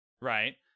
right